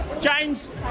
James